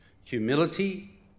Humility